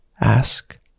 Ask